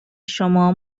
شما